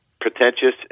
pretentious